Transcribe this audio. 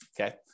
okay